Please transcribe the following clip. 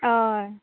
होय